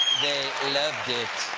they loved it.